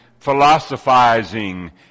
philosophizing